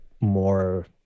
more